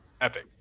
epic